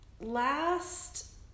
last